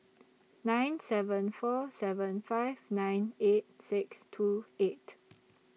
nine seven four seven five nine eight six two eight